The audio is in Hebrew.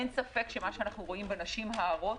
אין ספק שמה שאנו רואים בנשים ההרות